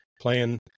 playing